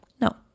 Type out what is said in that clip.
no